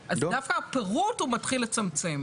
בן גביר, תענה פעם אחת ברצינות, נפסיק לשאול.